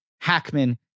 Hackman